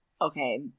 Okay